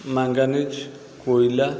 manganese କୋଇଲା